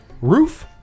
roof